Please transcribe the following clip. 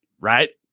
right